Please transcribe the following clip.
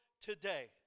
today